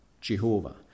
Jehovah